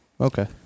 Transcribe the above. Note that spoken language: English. Okay